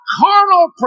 carnal